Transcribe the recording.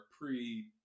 pre